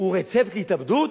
הוא רצפט להתאבדות?